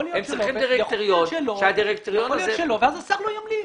יכול להיות שלא ואז השר לא ימליץ.